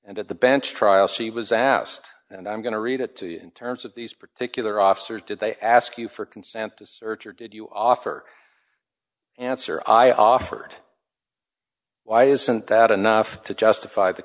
at the bench trial she was asked and i'm going to read it to you in terms of these particular officers did they ask you for consent to search or did you offer answer i offered why isn't that enough to justify the